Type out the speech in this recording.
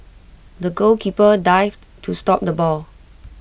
the goalkeeper dived to stop the ball